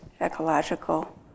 ecological